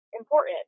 important